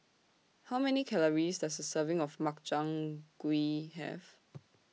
How Many Calories Does A Serving of Makchang Gui Have